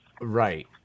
Right